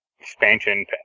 expansion